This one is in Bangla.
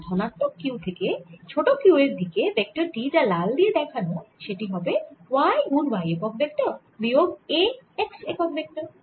আর ধনাত্মক Q থেকে ছোট q এর দিকে ভেক্টর টি যা লাল দিয়ে দেখানো সেটি হবে y গুন y একক ভেক্টর বিয়োগ a x একক ভেক্টর